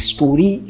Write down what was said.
Story